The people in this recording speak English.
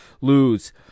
lose